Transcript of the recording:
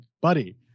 buddy